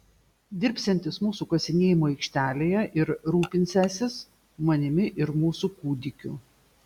dirbsiantis mūsų kasinėjimų aikštelėje ir rūpinsiąsis manimi ir mūsų kūdikiu